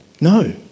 No